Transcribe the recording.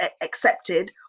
accepted